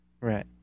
Right